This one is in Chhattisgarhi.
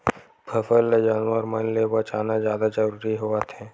फसल ल जानवर मन ले बचाना जादा जरूरी होवथे